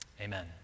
Amen